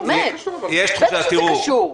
באמת, בטח שזה קשור.